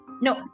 no